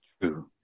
True